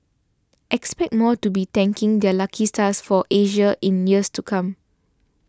expect more to be thanking their lucky stars for Asia in years to come